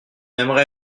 aimerait